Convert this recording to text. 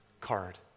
card